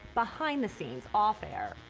behind the scenes, off air,